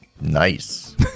nice